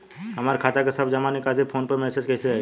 हमार खाता के सब जमा निकासी फोन पर मैसेज कैसे आई?